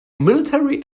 military